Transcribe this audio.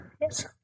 Yes